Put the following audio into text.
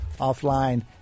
offline